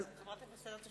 חברת הכנסת אדטו,